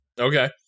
Okay